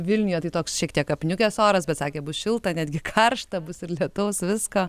vilniuje tai toks šiek tiek apniukęs oras bet sakė bus šilta netgi karšta bus ir lietaus visko